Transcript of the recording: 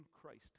Christ